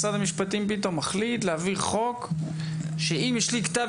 משרד המשפטים מחליט להעביר חוק שאומר שאם יש לי כתב